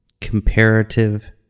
comparative